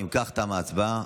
אם כך, תמה ההצבעה.